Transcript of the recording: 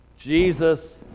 Jesus